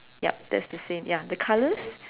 yup that's the same ya the colour